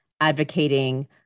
advocating